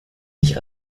nicht